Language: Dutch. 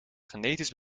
genetisch